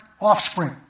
offspring